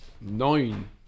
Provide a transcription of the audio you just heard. Nine